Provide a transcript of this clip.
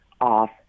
off